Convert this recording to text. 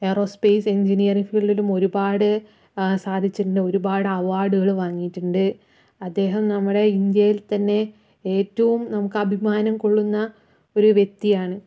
aero space engineering ഫീൽഡിലും ഒരുപാട് സാധിച്ചിട്ടുണ്ട് ഒരുപാട് അവാർഡുകൾ വാങ്ങിയിട്ടുണ്ട് അദ്ദേഹം നമ്മുടെ ഇന്ത്യയിൽ തന്നെ ഏറ്റവും നമുക്ക് അഭിമാനം കൊള്ളുന്ന ഒരു വ്യക്തിയാണ്